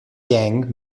gang